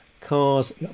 cars